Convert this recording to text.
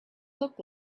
look